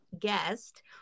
guest